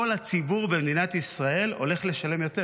כל הציבור במדינת ישראל הולך לשלם יותר,